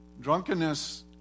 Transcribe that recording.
Drunkenness